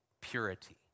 purity